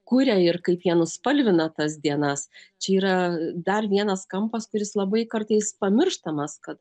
kuria ir kaip jie nuspalvina tas dienas čia yra dar vienas kampas kuris labai kartais pamirštamas kad